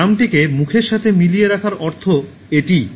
নামটিকে মুখের সাথে মিলিয়ে রাখার অর্থ এটিই